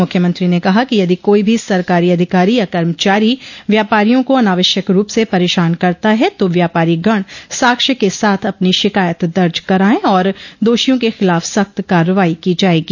मुख्यमंत्री ने कहा कि यदि कोई भी सरकारी अधिकारी या कर्मचारी व्यापारियों को अनावश्यक रूप से परेशान करता है तो व्यापारीगण साक्ष्य के साथ अपनी शिकायत दर्ज करायें और दोषियों के खिलाफ सख्त कार्रवाई की जायेगी